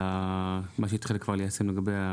על מה שהיא התחילה כבר ליישם לגבי,